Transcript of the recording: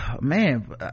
man